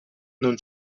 non